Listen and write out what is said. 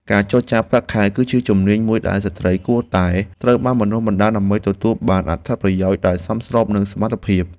ការចរចាប្រាក់ខែ គឺជាជំនាញមួយដែលស្ត្រីគួរតែត្រូវបានបណ្តុះបណ្តាល ដើម្បីទទួលបានអត្ថប្រយោជន៍ដែលសមស្របនឹងសមត្ថភាព។